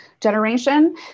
generation